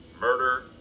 Murder